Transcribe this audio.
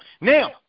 Now